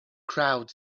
crowd